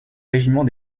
régiment